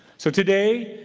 so today,